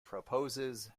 proposes